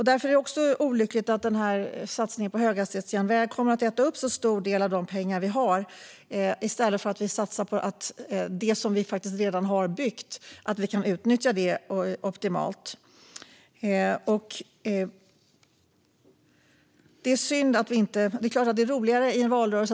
Därför är det olyckligt att satsningen på höghastighetsjärnväg kommer att äta upp en sådan stor del av de pengar vi har i stället för att vi satsar på det som vi redan har byggt så att vi kan utnyttja det optimalt. Det är klart att det är roligare att gå ut och klippa band i en valrörelse.